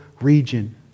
region